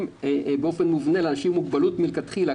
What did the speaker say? באופן מובנה לאנשים עם מוגבלות מלכתחילה,